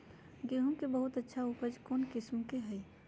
गेंहू के बहुत अच्छा उपज कौन किस्म होई?